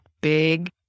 big